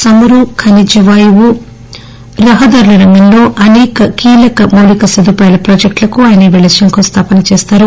చమురు ఖనిజవాయువు రహదారుల రంగంలో అసేక కీలక మౌలిక సదుపాయాల ప్రాజెక్టు లకు ఆయన ఈరోజు శంకుస్దాపన చేస్తారు